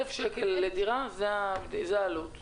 1,000 שקל לדירה, זו העלות.